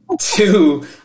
two